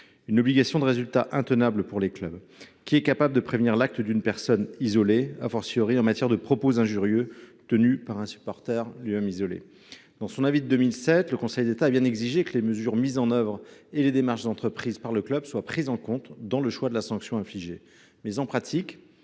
Cette obligation de résultat est intenable pour les clubs. Qui est capable de prévenir l’acte d’une personne isolée, en matière de propos injurieux ? Certes, dans son avis du 29 octobre 2007, le Conseil d’État a bien exigé que les mesures mises en œuvre et les démarches entreprises par le club soient prises en compte dans le choix de la sanction infligée. Mais, en pratique,